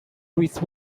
with